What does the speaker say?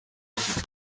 ati